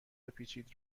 بپیچید